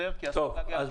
אוקיי.